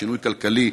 שינוי כלכלי,